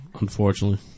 Unfortunately